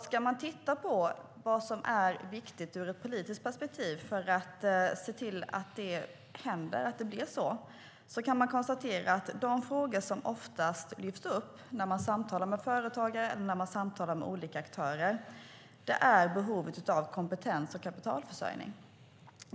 Ska man titta på vad som är viktigt ur ett politiskt perspektiv för att se till att det blir så, kan man konstatera att de frågor som oftast lyfts upp när man samtalar med företagare och olika aktörer är behovet av kompetens och kapitalförsörjning.